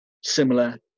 similar